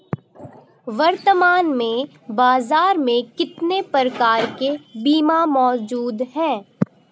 वर्तमान में बाज़ार में कितने प्रकार के बीमा मौजूद हैं?